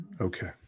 Okay